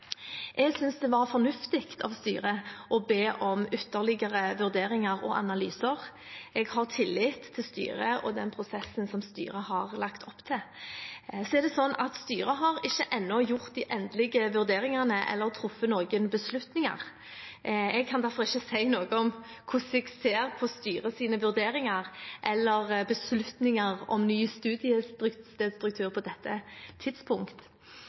Jeg synes det var fornuftig av styret å be om ytterligere vurderinger og analyser. Jeg har tillit til styret og den prosessen som styret har lagt opp til. Styret har ennå ikke gjort de endelige vurderingene eller truffet noen beslutninger. Jeg kan derfor ikke si noe om hvordan jeg ser på styrets vurderinger eller beslutninger om ny studiestruktur på dette